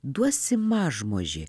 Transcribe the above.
duosi mažmožį